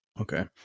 Okay